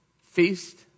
feast